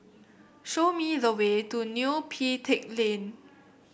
show me the way to Neo Pee Teck Lane